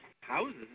Houses